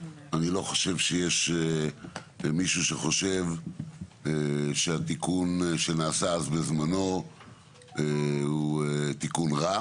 אני לא חושב שיש מישהו שחושב שהתיקון שנעשה אז בזמנו הוא תיקון רע